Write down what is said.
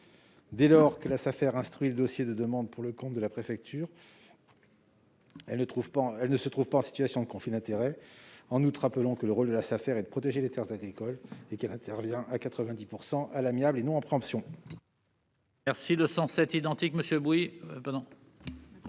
dès lors que la Safer instruit le dossier de demande pour le compte de la préfecture, elle ne se trouve pas en situation de conflit d'intérêts. En outre, son rôle est de protéger les terres agricoles et elle intervient à 90 % à l'amiable et non en préemption. La parole est à Mme